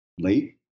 late